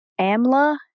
amla